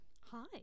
Hi